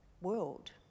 world